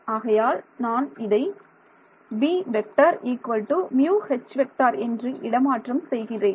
ஆகையால் நான் இதை என்று இடமாற்றம் செய்கிறேன்